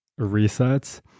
resets